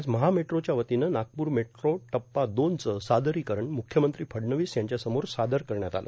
आज महामेट्रोच्या वतीनं नागपूर मेट्रो टप्पा दोनचं सादरीकरण मुख्यमंत्री फडणवीस यांच्या समोर सादर करण्यात आलं